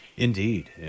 Indeed